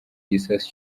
gisasu